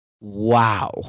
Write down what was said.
wow